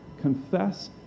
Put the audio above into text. confess